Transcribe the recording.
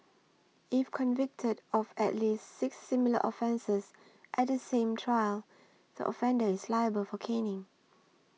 if convicted of at least six similar offences at the same trial the offender is liable for caning